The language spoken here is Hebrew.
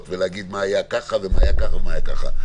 ולהגיד מה היה ככה, ומה היה ככה, ומה היה ככה.